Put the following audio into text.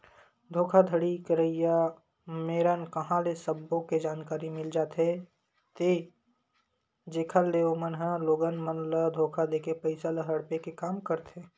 धोखाघड़ी करइया मेरन कांहा ले सब्बो के जानकारी मिल जाथे ते जेखर ले ओमन ह लोगन मन ल धोखा देके पइसा ल हड़पे के काम करथे